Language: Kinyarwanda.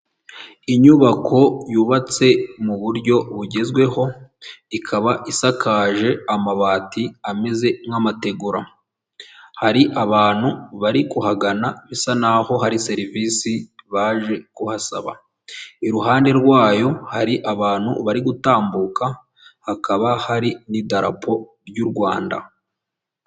Inyubako yubatse mu buryo bugezweho, ikaba isakaje amabati ameze nk'amategura, hari abantu bari kuhagana bisa n'aho hari serivisi baje kuhasaba, iruhande rwayo hari abantu bari gutambuka hakaba hari n'idarapo ry'Urwanda.